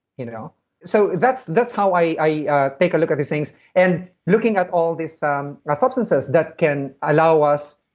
you know so that's that's how i ah yeah take a look at these things. and looking at all these um and substances that can allow us.